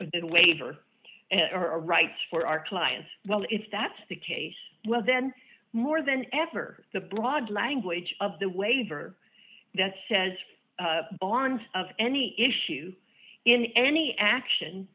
e waiver or rights for our clients well if that's the case well then more than ever the broad language of the waiver that says bond of any issue in any action